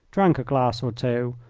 drank a glass or two,